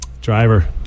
Driver